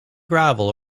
gravel